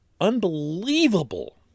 unbelievable